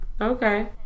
Okay